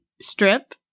strip